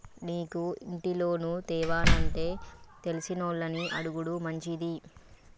నీకు ఇంటి లోను తేవానంటే తెలిసినోళ్లని అడుగుడు మంచిది